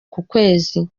kukwezi